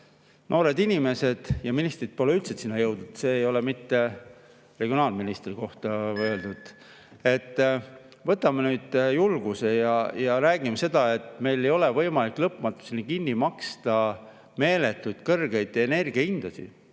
noored inimesed ja ministrid pole üldse sinna jõudnud. See ei ole mitte regionaalministri kohta öeldud. Võtame nüüd julguse kokku ja räägime, et meil ei ole võimalik lõpmatuseni kinni maksta meeletult kõrgeid energiahindasid.